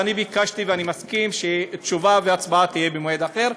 אז אני ביקשתי ואני מסכים שתשובה והצבעה יהיו במועד אחר,